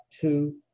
two